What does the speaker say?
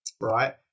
right